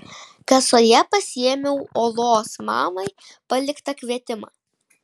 kasoje pasiėmiau olos mamai paliktą kvietimą